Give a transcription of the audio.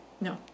No